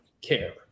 care